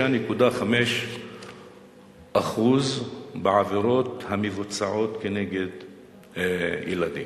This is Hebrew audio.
36.5% בעבירות המבוצעות כנגד ילדים.